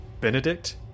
Benedict